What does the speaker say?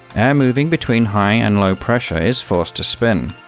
air moving between high and low pressure is forced to spin.